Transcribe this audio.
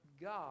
God